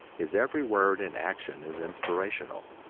his every word and action is inspirational.